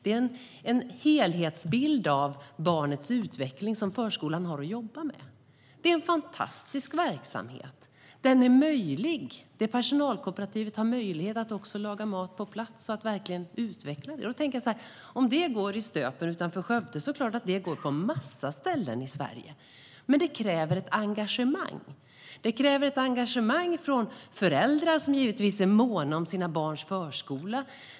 Det är en helhetsbild av barnets utveckling som förskolan har att jobba med. Det är en fantastisk verksamhet där det finns möjligheter. Personalkooperativet har möjlighet att också laga mat på plats och att verkligen utveckla det. Om det går i Stöpen utanför Skövde är det klart att det går på en massa ställen i Sverige, men det kräver ett engagemang. Det kräver ett engagemang från föräldrar, som givetvis är måna om sina barns förskola.